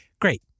Great